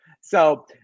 So-